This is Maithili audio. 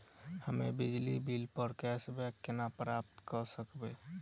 हम्मे बिजली बिल प कैशबैक केना प्राप्त करऽ सकबै?